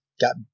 got